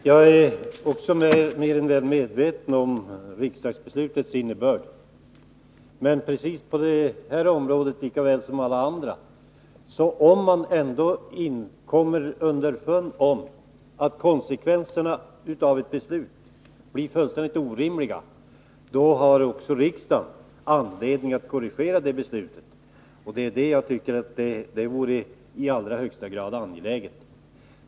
Herr talman! Också jag är mer än väl medveten om riksdagsbeslutets innebörd, men på det här området lika väl som på alla andra områden måste beslut kunna ändras. Om det visar sig att konsekvenserna av ett beslut blir fullkomligt orimliga, har också riksdagen anledning att korrigera ifrågavarande beslut. Och det tycker jag vore i allra högsta grad angeläget att göra i det här fallet.